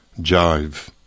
Jive